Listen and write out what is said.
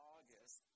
August